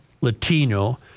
Latino